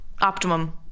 optimum